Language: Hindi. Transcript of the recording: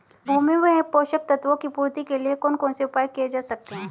भूमि में पोषक तत्वों की पूर्ति के लिए कौन कौन से उपाय किए जा सकते हैं?